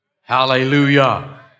Hallelujah